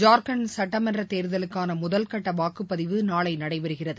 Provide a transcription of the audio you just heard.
ஜார்கண்ட் சட்டமன்றத் தேர்தலுக்காள முதல்கட்ட வாக்குப்பதிவு நாளை நடைபெறுகிறது